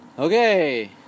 Okay